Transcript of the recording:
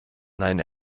nein